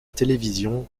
télévision